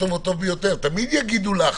תמיד יגידו לך